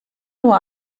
nur